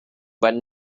but